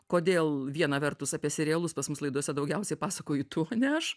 kodėl viena vertus apie serialus pas mus laidose daugiausiai pasakoju tu o ne aš